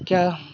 کیا